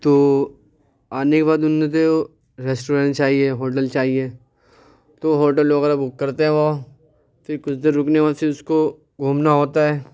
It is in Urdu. تو آنے کے بعد ان نے تو ریسٹورینٹ چاہیے ہوٹل چاہیے تو ہوٹل وغیرہ بک کرتے ہیں وہ پھر کچھ دیر رکنے کے بعد پھر اس کو گھومنا ہوتا ہے